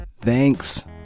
Thanks